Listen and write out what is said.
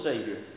Savior